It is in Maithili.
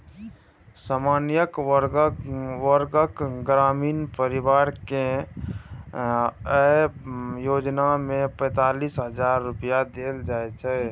सामान्य वर्गक ग्रामीण परिवार कें अय योजना मे पैंतालिस हजार रुपैया देल जाइ छै